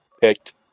Picked